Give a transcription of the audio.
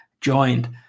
joined